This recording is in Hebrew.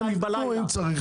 הם אמרו שייתנו, אם צריך.